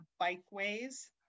bikeways